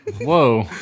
Whoa